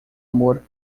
amor